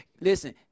Listen